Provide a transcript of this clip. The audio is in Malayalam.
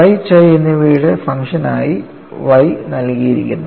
psi chi എന്നിവയുടെ ഫംഗ്ഷൻ ആയി Y നൽകിയിരിക്കുന്നു